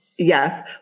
Yes